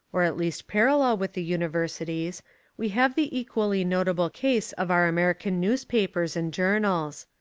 or at least parallel with the universities we have the equally not able case of our american newspapers and journals.